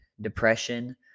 depression